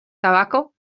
tabaco